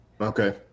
Okay